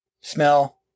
Smell